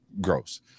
gross